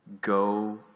Go